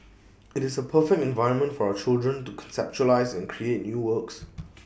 IT is A perfect environment for our children to conceptualise and create new works